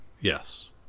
Yes